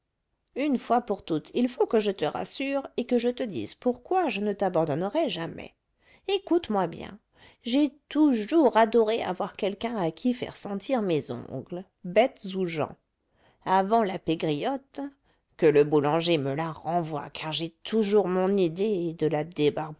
une fois pour toutes il faut que je te rassure et que je te dise pourquoi je ne t'abandonnerai jamais écoute-moi bien j'ai toujours adoré avoir quelqu'un à qui faire sentir mes ongles bêtes ou gens avant la pégriotte que le boulanger me la renvoie car j'ai toujours mon idée de la